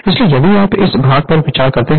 इसलिए यदि आप इस भाग पर विचार करते हैं